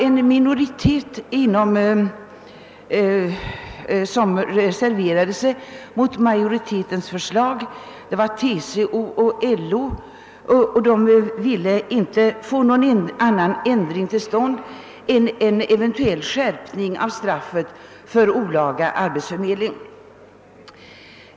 En minoritet inom utredningen reserverade sig mot majoritetens förslag — TCO:s och LO:s representanter ville inte få någon annan ändring till stånd än en eventuell skärpning av straffet för olaga arbetsförmedling.